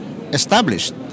established